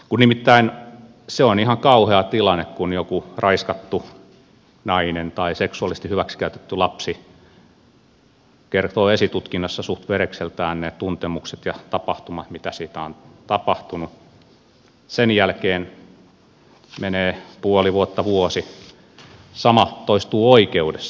kun nimittäin se on ihan kauhea tilanne kun joku raiskattu nainen tai seksuaalisesti hyväksikäytetty lapsi kertoo esitutkinnassa suht verekseltään ne tuntemukset ja tapahtumat mitä siinä on tapahtunut sen jälkeen menee puoli vuotta vuosi ja sama toistuu oikeudessa